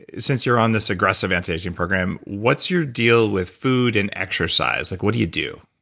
since you're on this aggressive anti-aging program, what's your deal with food and exercise? like what do you do?